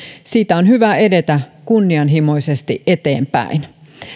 siitä on hyvä edetä kunnianhimoisesti eteenpäin